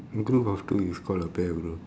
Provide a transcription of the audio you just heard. in group of two is called a pair also